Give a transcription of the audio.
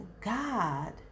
God